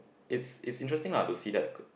it's it's interesting lah to see that